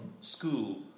school